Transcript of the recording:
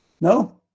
No